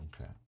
Okay